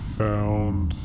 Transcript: found